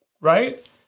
right